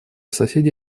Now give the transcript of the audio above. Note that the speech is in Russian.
соседи